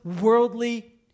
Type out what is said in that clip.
worldly